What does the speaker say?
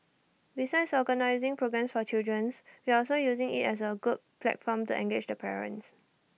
besides organising programmes for children's we're also using IT as A good platform to engage the parents